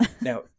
Now